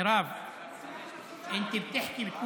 גב' מרב, מרב, את מדברת